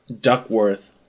duckworth